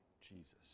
Jesus